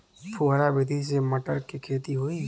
फुहरा विधि से मटर के खेती होई